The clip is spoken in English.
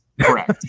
Correct